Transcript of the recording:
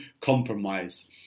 Compromise